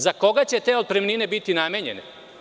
Za koga će te otpremnine biti namenjene?